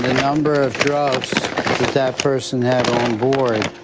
number of drugs that that person had onboard.